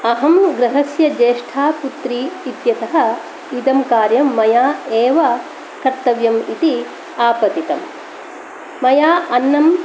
अहं गृहस्य जेष्ठा पुत्री इत्यतः इदं कार्यं मया एव कर्तव्यम् इति आपतितम् मया अन्नं